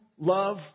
love